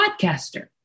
podcaster